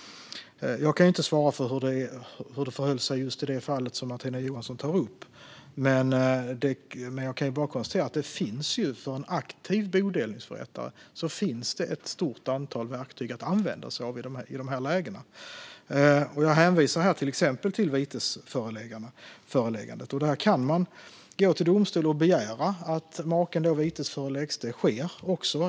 Jag kan inte svara för hur det förhöll sig i just det fall som Martina Johansson tar upp, men jag kan konstatera att det för en aktiv bodelningsförrättare finns ett stort antal verktyg att använda sig av i dessa lägen. Ett exempel är vitesföreläggandet. Man kan gå till domstol och begära att maken vitesföreläggs. Detta sker också.